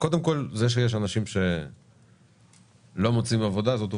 קודם כל זה שיש אנשים שלא מוצאים עבודה זאת עובדה,